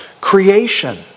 creation